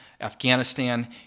Afghanistan